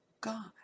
God